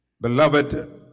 Beloved